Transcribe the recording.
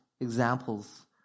examples